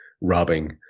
robbing